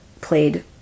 played